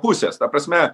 pusės ta prasme